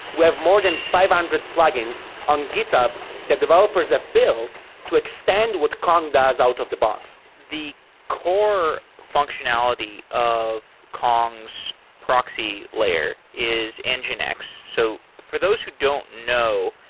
we have more than five hundred plugins on github that developers have built to extend what kong does out of the box. the core functionality of kong's proxy layer is and nginx. so for those who don't know,